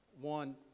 One